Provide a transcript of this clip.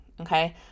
okay